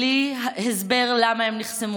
בלי הסבר למה הם נחסמו,